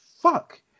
fuck